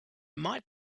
might